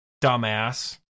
dumbass